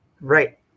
Right